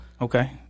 Okay